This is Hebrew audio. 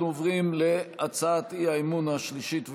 אנחנו עוברים להצעת האי-אמון השלישית והאחרונה,